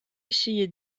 essayé